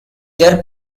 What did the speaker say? their